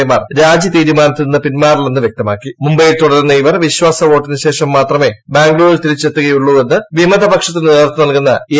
A മാർ രാജി തീരുമാനത്തിൽ നിന്ന് പിന്മാറില്ലെന്ന് വ്യക്തമാക്കി മുംബൈയിൽ തുടരുന്ന ഇവർ വിശ്വാസവോട്ടിന് ശേഷം മാത്രമേ ബാംഗ്ലൂരിൽ തിരിച്ചെത്തുകയുള്ളൂ എന്ന് വിമതപക്ഷത്തിന് നേതൃത്വം നൽകുന്ന എ